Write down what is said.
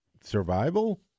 survival